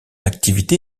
activité